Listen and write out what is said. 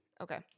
Okay